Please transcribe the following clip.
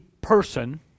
person